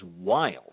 wild